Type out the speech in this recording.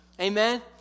Amen